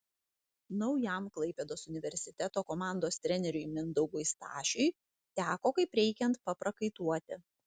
naujam klaipėdos universiteto komandos treneriui mindaugui stašiui teko kaip reikiant paprakaituoti